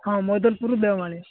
ହଁ ମୋଦଲପୁରରୁ ଦେଓମାଳି